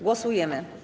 Głosujemy.